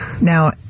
Now